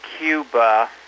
Cuba